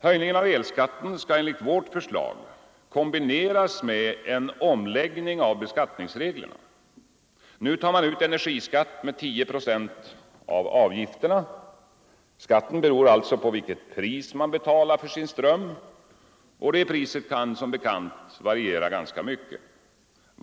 Höjningen av elskatten skall enligt vårt förslag kombineras med en omläggning av beskattningsreglerna. Nu tar man ut energiskatt med 10 procent av avgifterna. Skatten beror alltså på vilket pris man betalar för sin ström, och det priset kan som bekant variera ganska mycket.